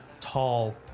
tall